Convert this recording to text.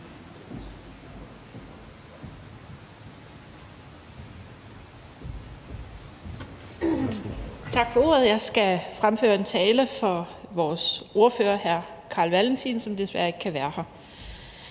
Tak for ordet. Jeg skal fremføre en tale for vores ordfører, hr. Carl Valentin, som desværre ikke kan være her.